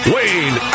Wayne